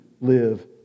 live